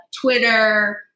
Twitter